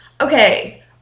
okay